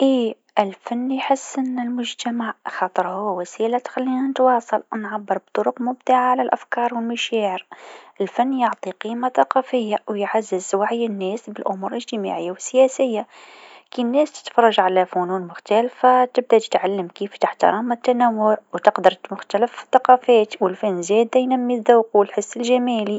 إي، الفن يحسّن المجتمع برشة. يساهم في التعبير عن المشاعر والأفكار، ويعزز التواصل بين الناس. الفن يعكس الثقافة ويعطي صوت للناس، ويشجع على التفكير النقدي. يقدر يخلق وعي حول قضايا اجتماعية، ويجمع الناس حول تجاربهم المشتركة.